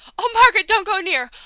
oh, margaret, don't go near,